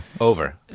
Over